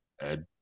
Ed